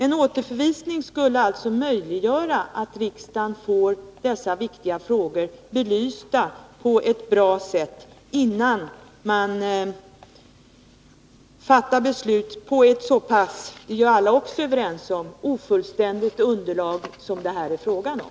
En återförvisning skulle alltså möjliggöra för riksdagen att få dessa viktiga frågor belysta på ett bra sätt innan man fattar beslut på ett så pass ofullständigt — det är också alla överens om — underlag som det här är fråga om.